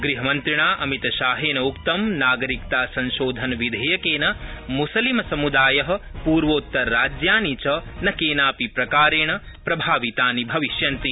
गृहमन्त्रिणा अमितशाहेनोक्तं यत् नागरिकतासंशोधनविधेयकेन मुसलिमसमुदाय पूर्वोत्तरराज्यानि च न केनापि प्रकारेण प्रभावितानि भविष्यन्ति